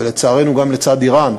ולצערנו גם לצד איראן,